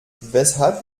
weshalb